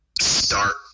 start